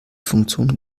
funktion